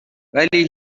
ولی